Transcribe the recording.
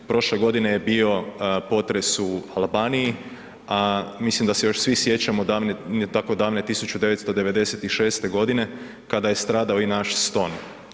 Prošle godine je bio potres u Albaniji, a mislim da se još svi sjećamo davne, tako davne 1996. g. kada je stradao i naš Ston.